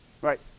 right